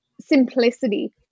simplicity